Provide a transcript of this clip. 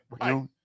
right